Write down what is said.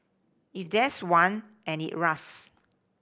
if there's one and it rusts